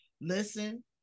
listen